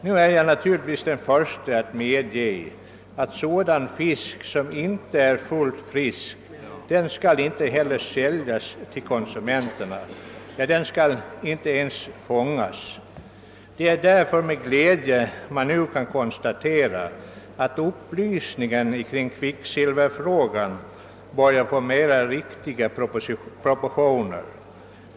Jag är naturligtvis den förste att medge att fisk som inte är fullt frisk inte skall säljas till konsumenterna — den skall inte ens fångas. Det är därför med glädje man nu kan konstatera, att upplysningen kring kvicksilverfrågan börjar få riktigare proportioner.